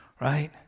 right